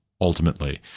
ultimately